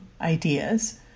ideas